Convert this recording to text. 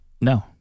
No